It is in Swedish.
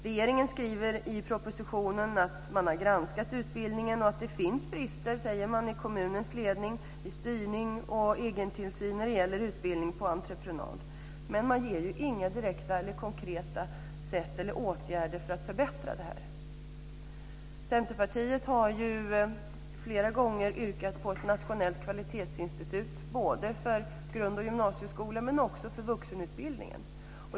Regeringen skriver i propositionen att man har granskat utbildningen och att det finns brister, säger man, i kommunens ledning och styrning och egentillsyn när det gäller utbildning på entreprenad, men man anger inga konkreta sätt eller åtgärder för att förbättra det. Centerpartiet har flera gånger yrkat på ett nationellt kvalitetsinstitut både för grund och gymnasieskola och för vuxenutbildningen.